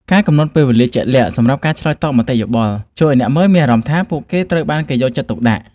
ការកំណត់ពេលវេលាជាក់លាក់សម្រាប់ការឆ្លើយតបមតិយោបល់ ជួយឱ្យអ្នកមើលមានអារម្មណ៍ថាពួកគេត្រូវបានគេយកចិត្តទុកដាក់។